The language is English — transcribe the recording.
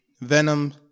Venom